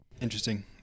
Interesting